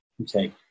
Okay